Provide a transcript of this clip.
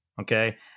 okay